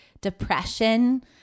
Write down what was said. depression